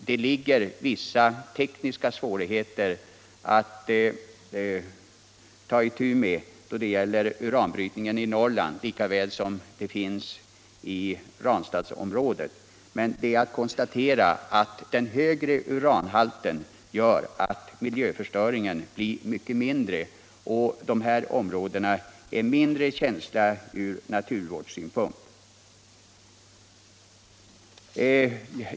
Det finns vissa tekniska svårigheter att ta itu med då det gäller uranbrytningen i Norrland lika väl som i Ranstadsområdet. Det är dock att konstatera att den högre uranhalten gör att miljöförstöringen blir mycket mindre, och de områden det gäller är dessutom mindre känsliga ur naturvårdssynpunkt.